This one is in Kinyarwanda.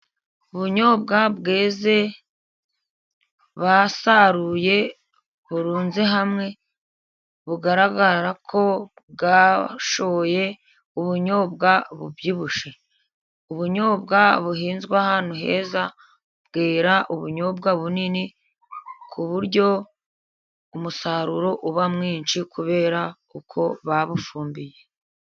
Ubunyobwa bweze basaruye burunze hamwe, bugaragara ko bwashoye, ubunyobwa bubyibushye, ubunyobwa buhinzwe ahantu heza bwera ubunyobwa bunini, ku buryo umusaruro uba mwinshi kubera uko babufumbiye .